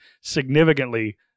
significantly